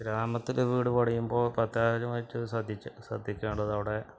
ഗ്രാമത്തില് വീട് പണിയുമ്പോള് പ്രത്യേകപരമായിട്ട് ശ്രദ്ധിക്കേണ്ടതവിടെ